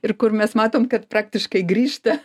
ir kur mes matom kad praktiškai grįžta